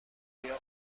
لوبیا